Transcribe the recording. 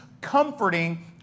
comforting